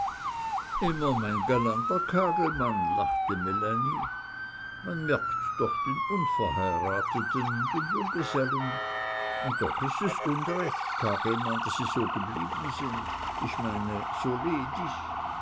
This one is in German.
kagelmann lachte melanie man merkt doch den unverheirateten den junggesellen und doch ist es unrecht kagelmann daß sie so geblieben sind ich meine so ledig